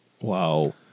wow